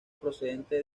procedente